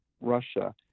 russia